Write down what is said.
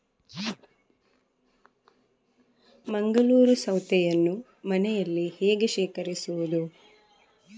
ಮಂಗಳೂರು ಸೌತೆಯನ್ನು ಮನೆಯಲ್ಲಿ ಹೇಗೆ ಶೇಖರಿಸುವುದು?